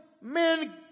men